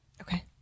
Okay